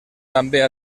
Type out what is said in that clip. també